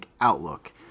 outlook